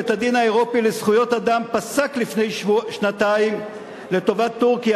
בית-הדין האירופי לזכויות האדם פסק לפני שנתיים לטובת טורקיה,